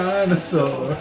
Dinosaur